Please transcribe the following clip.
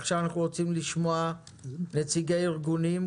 עכשיו נשמע את נציגי הארגונים,